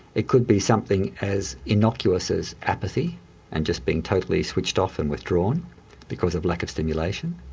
it could be something as innocuous as apathy and just being totally switched off and withdrawn because of lack of stimulation.